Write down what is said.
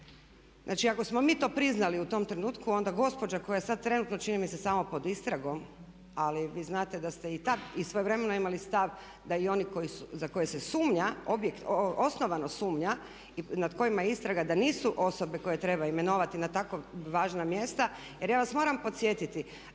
Znači, ako smo mi to priznali u tom trenutku onda gospođa koja je sad trenutno čini mi se samo pod istragom ali vi znate da ste i tad i svojevremeno imali stav da i oni za koje se sumnja, osnovano sumnja i nad kojima je istraga da nisu osobe koje treba imenovati na tako važna mjesta. Jer ja vas moram podsjetiti